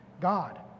God